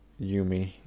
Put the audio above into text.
Yumi